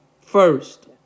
first